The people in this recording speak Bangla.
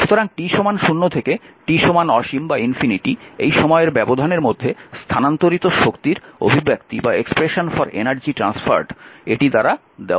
সুতরাং t 0 থেকে t অসীম এই সময়ের ব্যবধানের মধ্যে স্থানান্তরিত শক্তির অভিব্যক্তি এটি দ্বারা দেওয়া হয়